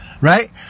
right